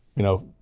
you know,